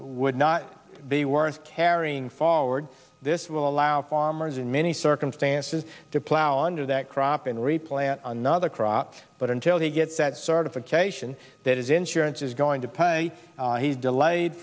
would not they weren't carrying forward this will allow farmers in many circumstances to plow under that crop and replant another crop but until he gets that certification that his insurance is going to pay he's delayed